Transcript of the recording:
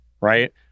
Right